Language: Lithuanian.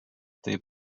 taip